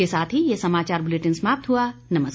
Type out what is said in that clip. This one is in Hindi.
इसी के साथ ये समाचार बुलेटिन समाप्त हुआनमस्कार